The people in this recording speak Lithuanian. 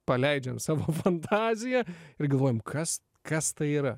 paleidžiam savo fantaziją ir galvojam kas kas tai yra